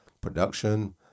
production